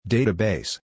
Database